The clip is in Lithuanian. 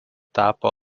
tapo